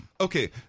Okay